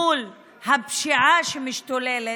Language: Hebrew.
מול הפשיעה שמשתוללת,